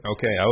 Okay